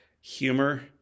Humor